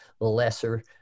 lesser